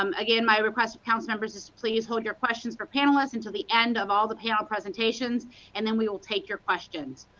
um again, my request of councilmembers is to please hold your questions for panelists until the end of all of the panel presentations and then we will take your questions.